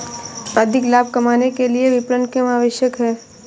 अधिक लाभ कमाने के लिए विपणन क्यो आवश्यक है?